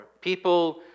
people